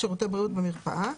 הבריאות במרפאה.